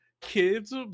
kids